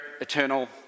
eternal